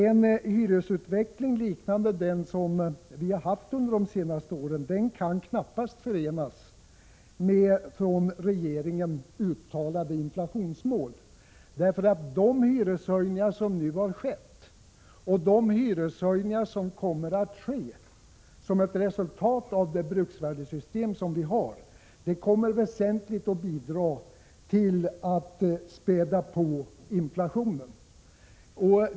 En hyresutveckling liknande den som vi har haft under de senaste åren kan knappast förenas med regeringens uttalade inflationsmål, eftersom de hyreshöjningar som nu har skett och som kommer att ske som ett resultat av det bruksvärdessystem som vi har, kommer att väsentligt bidra till att späda på inflationen.